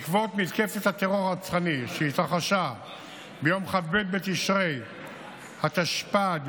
בעקבות מתקפת הטרור הרצחני שהתרחשה בכ"ב בתשרי התשפ"ד,